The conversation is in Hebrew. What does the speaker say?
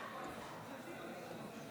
כבוד היושב-ראש,